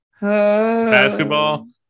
Basketball